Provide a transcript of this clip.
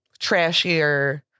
trashier